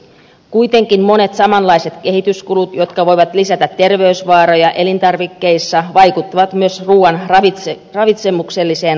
kuitenkin monet samanlaiset kehityskulut jotka voivat lisätä terveysvaaroja elintarvikkeissa vaikuttavat myös ruuan ravitsemukselliseen laatuun